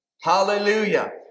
Hallelujah